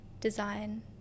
design